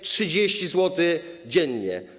30 zł dziennie.